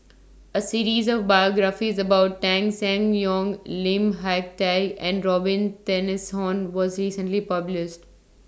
A series of biographies about Tan Seng Yong Lim Hak Tai and Robin was recently published